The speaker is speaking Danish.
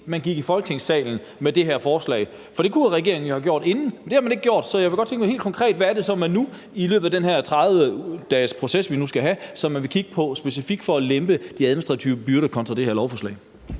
man gik i Folketingssalen med det her forslag? For det kunne regeringen jo have gjort inden, men det har man ikke gjort. Så jeg kunne godt tænke mig at vide helt konkret, hvad det så er, man nu i løbet af den her 30-dagesproces, vi nu skal have, specifikt vil kigge på for at lempe de administrative byrder kontra det her lovforslag.